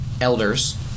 elders